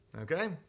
Okay